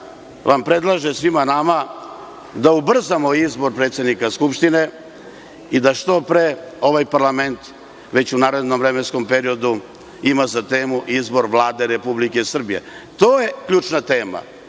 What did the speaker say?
vam predlaže, svima nama, da ubrzamo izbor predsednika Skupštine i da što pre ovaj parlament već u narednom vremenskom periodu ima za temu izbor Vlade Republike Srbije. To je ključna tema